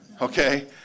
Okay